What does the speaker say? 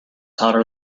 hotter